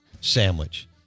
Sandwich